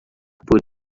por